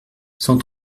cent